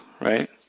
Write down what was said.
right